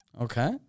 Okay